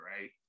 right